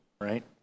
Right